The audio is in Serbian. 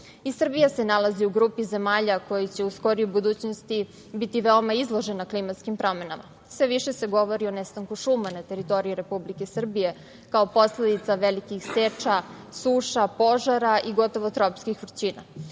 I Srbija se nalazi u grupi zemalja koje će u skorijoj budućnosti biti veoma izložena klimatskim promenama. Sve više se govori o nestanku šuma na teritoriji Republike Srbije kao posledice velikih seča, suša, požara i gotovo tropskih vrućina.